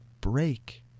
break